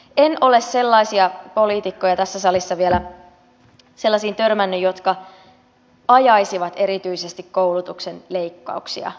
en ole sellaisiin poliitikkoihin tässä salissa vielä törmännyt jotka ajaisivat erityisesti koulutuksen leikkauksia